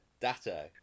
Data